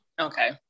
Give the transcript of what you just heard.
Okay